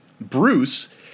Bruce